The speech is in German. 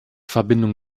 verbindung